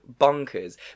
bonkers